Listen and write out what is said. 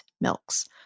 milks